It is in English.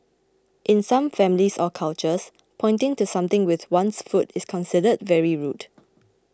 in some families or cultures pointing to something with one's foot is considered very rude